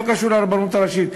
לא קשור לרבנות הראשית.